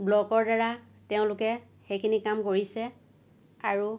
ব্লকৰ দ্বাৰা তেওঁলোকে সেইখিনি কাম কৰিছে আৰু